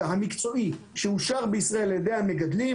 המקצועי שאושר בישראל על ידי המגדלים,